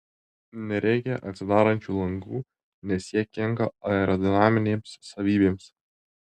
nereikia atsidarančių langų nes jie kenkia aerodinaminėms savybėms